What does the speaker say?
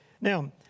Now